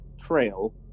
Trail